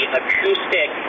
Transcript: acoustic